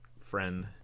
friend